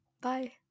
Bye